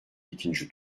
ikinci